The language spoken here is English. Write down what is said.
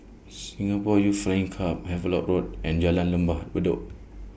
Singapore Youth Flying Club Havelock Road and Jalan Lembah Bedok